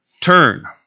Turn